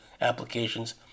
applications